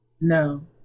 no